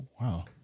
Wow